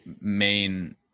main